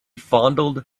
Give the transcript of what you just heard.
fondled